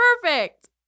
perfect